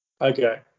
Okay